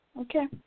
okay